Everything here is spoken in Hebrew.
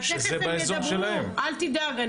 תכף הם ידברו אל תדאג,